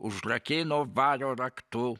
užrakino vario raktu